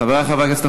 חברי חברי הכנסת,